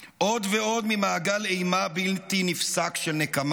עוד ועוד ממעגל אימה בלתי נפסק של נקמה.